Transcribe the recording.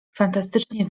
fantastycznie